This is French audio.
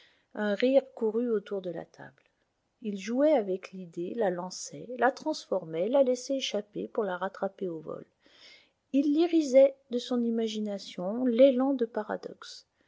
un rire courut autour de la table il jouait avec l'idée la lançait la transformait la laissait échapper pour la rattraper au vol il l'irisait de son imagination l'ailant de paradoxes